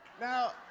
Now